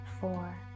four